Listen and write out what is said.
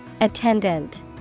Attendant